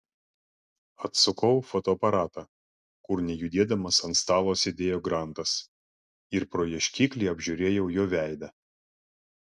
atsukau fotoaparatą kur nejudėdamas ant stalo sėdėjo grantas ir pro ieškiklį apžiūrėjau jo veidą